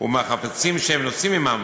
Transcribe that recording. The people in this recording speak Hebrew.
ומהחפצים שהם נושאים עמם,